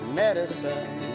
medicine